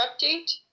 update